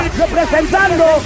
representando